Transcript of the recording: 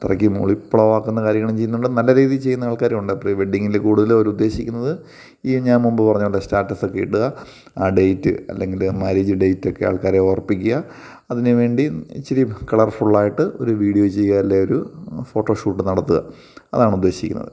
അത്രയ്ക്ക് കാര്യങ്ങളും ചെയ്യുന്നുണ്ട് നല്ല രീതിയിൽ ചെയ്യുന്ന ന്ന ആള്കാരുമുണ്ട് പ്രീവെഡിങ്ങിൽ കൂടുതലും അവർ ഉദ്ദേശിക്കുന്നത് ഈ ഞാൻ മുൻപ് പറഞ്ഞത് പോലെ സ്റ്റാറ്റസൊക്കെ ഇടുക ആ ഡേയ്റ്റ് അല്ലെങ്കിൽ മാരേജ് ഡേയ്റ്റൊക്കെ ആൾക്കാരെ ഓർമ്മിപ്പിക്കുക അതിനു വേണ്ടി ഇച്ചിരി കളർഫുള്ളായിട്ട് ഒരു വീഡ്യൊ ചെയ്യുക അല്ലെങ്കിൽ ഒരു ഫോട്ടോഷൂട്ട് നടത്തുക അതാണുദ്ദേശ്ശിക്കുന്നത്